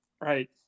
right